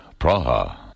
Praha